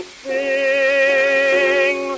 sing